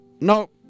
No